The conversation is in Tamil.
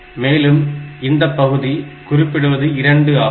மேலும் இந்தப் பகுதி குறிப்பிடுவது 2 ஆகும்